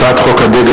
הצעת חוק הדגל,